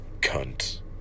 Cunt